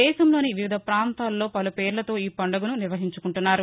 దేశంలోని వివిధ పాంతాల్లో పలు పేర్లతో ఈ పండుగను నిర్వహించుకుంటున్నారు